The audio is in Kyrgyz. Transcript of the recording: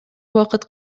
убакыт